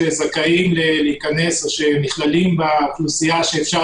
שזאים להיכנס או שנכללים באוכלוסייה שאפשר